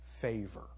favor